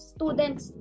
Students